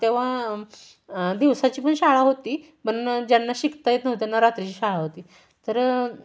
तेव्हा दिवसाची पण शाळा होती पण ज्यांना शिकता येत नव्हतं त्यांना रात्रीची शाळा होती तर